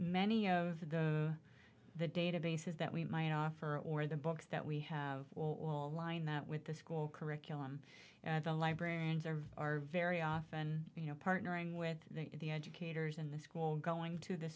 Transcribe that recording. many of the the databases that we might offer or the books that we have a line that with the school curriculum the librarians there are very often you know partnering with the educators in the school going to the